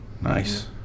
Nice